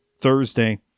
Thursday